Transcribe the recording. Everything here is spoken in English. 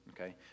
okay